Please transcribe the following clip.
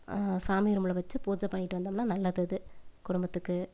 சாமி ரூமில் வெச்சி பூஜை பண்ணிவிட்டு வந்தோம்னா நல்லது அது குடும்பத்துக்கு